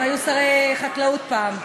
הם היו שרי חקלאות פעם.